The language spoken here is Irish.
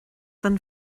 don